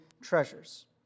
treasures